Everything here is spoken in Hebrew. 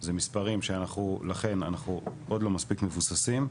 זה מספרים, לכן אנחנו עוד לא מספיק מבוססים.